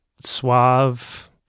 suave